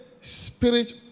Spirit